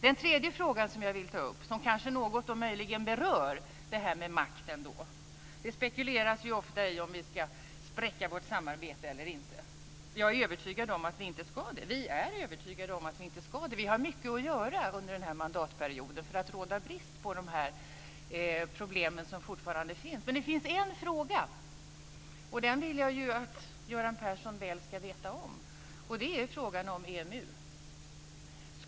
Den tredje frågan, som jag vill ta upp, berör kanske det här med makten något. Det spekuleras ju ofta i om vi ska spräcka vårt samarbete eller inte. Vi är övertygade om att vi inte ska det. Vi har mycket att göra under den här mandatperioden för att råda bot på de problem som fortfarande finns. Men det finns en fråga som jag vill ta upp - och det här vill jag att Göran Persson väl ska veta om - nämligen frågan om EMU.